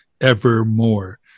evermore